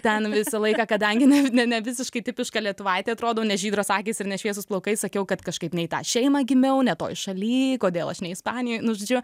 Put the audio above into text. ten visą laiką kadangi ne ne ne visiškai tipiška lietuvaitė atrodau ne žydros akys ir ne šviesūs plaukai sakiau kad kažkaip ne į tą šeimą gimiau ne toj šaly kodėl aš ne ispanijoj nu žodžiu